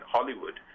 Hollywood